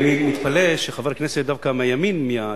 אני מתפלא שחבר כנסת דווקא מהימין, מהליכוד,